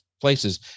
places